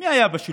מי היה בשלטון?